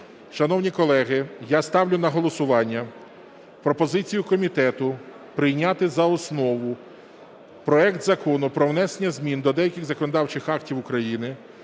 Шановні колеги, я ставлю на голосування пропозицію комітету прийняти за основу проект Закону про внесення змін до деяких законодавчих актів України